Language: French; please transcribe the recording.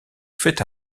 fait